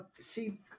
See